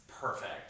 perfect